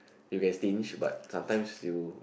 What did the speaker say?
you can stingy but sometimes you